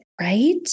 right